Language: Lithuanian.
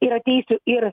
ir ateisiu ir